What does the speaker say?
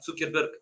Zuckerberg